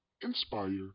inspire